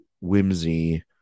whimsy